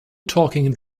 talking